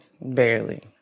Barely